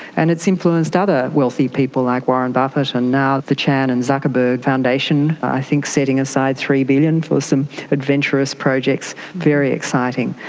and it's influenced other wealthy people like warren buffett and now the chan and zuckerberg foundation i think setting aside three billion dollars for some adventurous projects, very exciting.